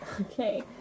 Okay